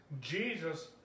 Jesus